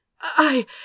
I